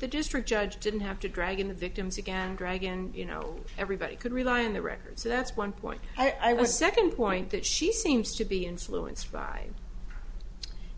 the district judge didn't have to drag in victims again dragon you know everybody could rely on the records so that's one point i was second point that she seems to be influenced by